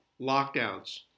lockdowns